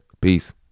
Peace